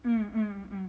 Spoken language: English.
mm mm